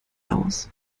aus